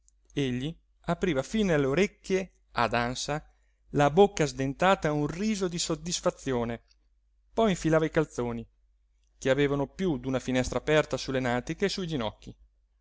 egli apriva fino alle orecchie ad ansa la bocca sdentata a un riso di soddisfazione poi infilava i calzoni che avevano piú d'una finestra aperta sulle natiche e sui ginocchi